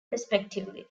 respectively